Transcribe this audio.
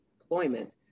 employment